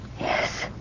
Yes